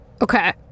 Okay